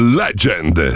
legend